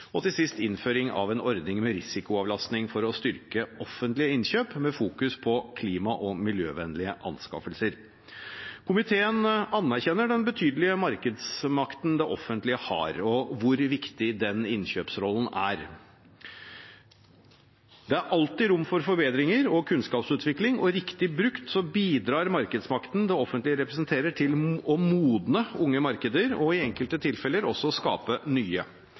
og til sist innføring av en ordning med risikoavlastning for å styrke offentlige innkjøp med fokus på klima- og miljøvennlige anskaffelser. Komiteen anerkjenner den betydelige markedsmakten det offentlige har, og hvor viktig innkjøpsrollen er. Det er alltid rom for forbedringer og kunnskapsutvikling, og riktig brukt bidrar markedsmakten det offentlige representerer, til å modne unge markeder og i enkelte tilfeller også til å skape nye.